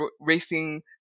racing